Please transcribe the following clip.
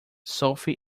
sophie